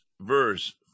verse